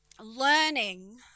learning